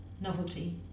novelty